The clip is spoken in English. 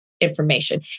Information